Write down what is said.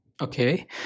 Okay